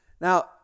Now